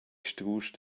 strusch